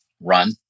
run